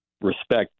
respect